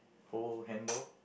hold handle